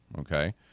Okay